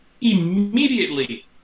immediately